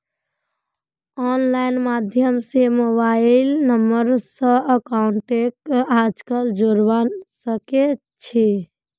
online माध्यम स mobile number स अकाउंटक आजकल जोडवा सके छी